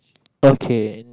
okay